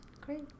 great